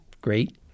great